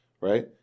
Right